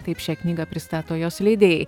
taip šią knygą pristato jos leidėjai